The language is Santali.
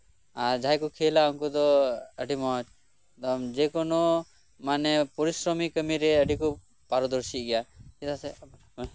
ᱟᱨ ᱡᱟᱦᱟᱸᱭ ᱠᱚ ᱠᱷᱮᱞᱟ ᱩᱱᱠᱩ ᱫᱚ ᱚᱱᱠᱟ ᱜᱮ ᱢᱟᱱᱮ ᱯᱚᱨᱤᱥᱨᱚᱢᱤ ᱠᱟᱢᱤ ᱨᱮ ᱩᱱᱠᱩ ᱫᱚ ᱟᱰᱤ ᱠᱚ ᱯᱟᱨᱚᱫᱚᱨᱥᱤ ᱜᱮᱭᱟ ᱪᱮᱫᱟᱜ ᱥᱮ